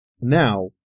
Now